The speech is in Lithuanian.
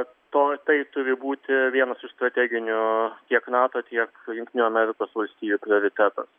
bet to tai turi būti vienas iš strateginių tiek nato tiek jungtinių amerikos valstijų prioritetas